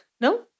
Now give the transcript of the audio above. No